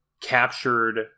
captured